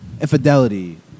infidelity